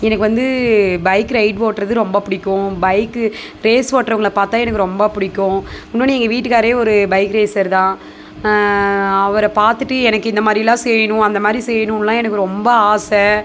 எனக்கு வந்து bike ride ஓட்டுறது ரொம்ப பிடிக்கும் பைக்கு ரேஸ் ஓட்டுறவங்கள பார்த்தா எனக்கு ரொம்ப பிடிக்கும் இன்னொன்னு எங்கள் வீட்டுக்காரே ஒரு பைக் ரேஸர் தான் அவரை பார்த்துட்டு எனக்கு இந்தமாதிரிலாம் செய்யணும் அந்தமாதிரி செய்யணும்லாம் எனக்கு ரொம்ப ஆசை